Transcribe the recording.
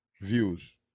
Views